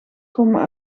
komen